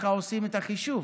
ככה עושים את החישוב.